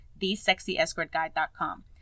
thesexyescortguide.com